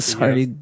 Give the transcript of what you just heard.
Sorry